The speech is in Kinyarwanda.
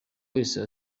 wese